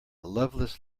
loveless